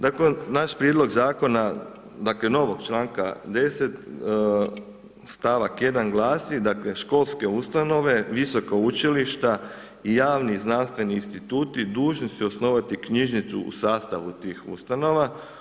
Dakle, naš prijedlog zakona dakle novog članka 10. stavak 1. glasi dakle školske ustanove, visoka učilišta i javni i znanstveni instituti dužni su osnovati knjižnicu u sastavu tih ustanova.